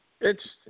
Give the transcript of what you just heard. Interesting